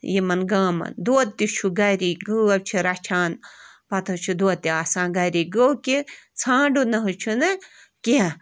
یِمَن گامَن دۄد تہِ چھُ گَری گٲو چھِ رَچھان پَتہٕ حظ چھِ دۄد تہِ آسان گَری گوٚو کہِ ژھانٛڈُن نہٕ حظ چھُنہٕ کیٚنہہ